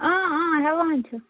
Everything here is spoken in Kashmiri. ہٮ۪وان چھُ